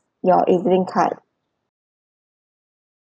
your E_Z link card